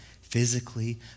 physically